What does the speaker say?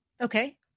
Okay